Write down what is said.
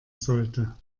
sollte